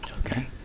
Okay